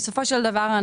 בסופו של דבר,